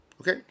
Okay